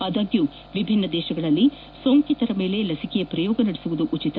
ಆದಾಗ್ಡೂ ವಿಭಿನ್ನ ದೇಶಗಳಲ್ಲಿ ಸೋಂಕಿತರ ಮೇಲೆ ಲಚಿಕೆಯ ಪ್ರಯೋಗಗಳನ್ನು ನಡೆಸುವುದು ಉಚಿತ